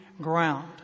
ground